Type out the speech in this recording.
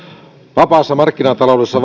vapaassa markkinataloudessa